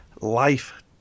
life